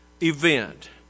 event